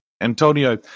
Antonio